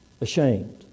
ashamed